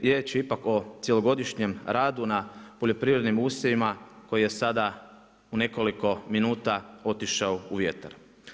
Jer je riječ ipak o cjelogodišnjem radu na poljoprivrednim usjevima koji je sada u nekoliko minuta otišao u vjetar.